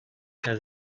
has